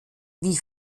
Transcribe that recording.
wie